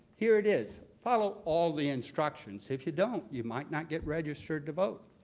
here it is. follow all the instructions. if you don't, you might not get registered to vote.